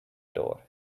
door